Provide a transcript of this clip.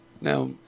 Now